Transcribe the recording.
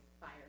Fire